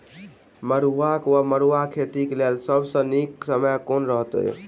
मरुआक वा मड़ुआ खेतीक लेल सब सऽ नीक समय केँ रहतैक?